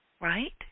right